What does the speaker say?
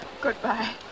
Goodbye